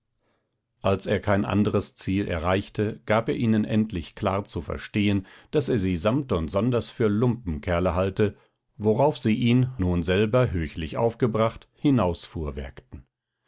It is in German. als er kein anderes ziel erreichte gab er ihnen endlich klar zu verstehen daß er sie samt und sonders für lumpenkerle halte worauf sie ihn nun selber höchlich aufgebracht